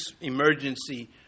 emergency